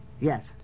Yes